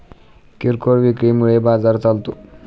किरकोळ विक्री मुळे बाजार चालतो